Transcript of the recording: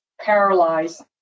paralyzed